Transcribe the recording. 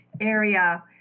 area